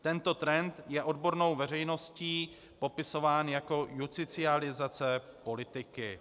Tento trend je odbornou veřejností popisován jako justicializace politiky.